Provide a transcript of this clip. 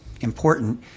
important